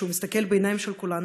כשהוא מסתכל בעיניים של כולנו,